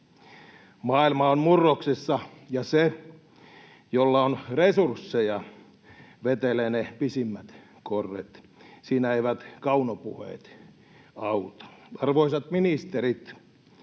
Maailma on murroksessa, ja se, jolla on resursseja, vetelee ne pisimmät korret. Siinä eivät kaunopuheet auta. Arvoisat ministerit,